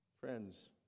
Friends